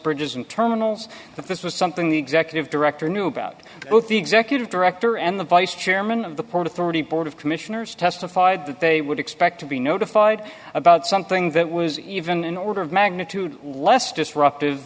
bridges and terminals but this was something the executive director knew about both the executive director and the vice chairman of the port authority board of commissioners testified that they would expect to be notified about one something that was even an order of magnitude less disruptive